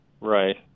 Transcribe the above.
Right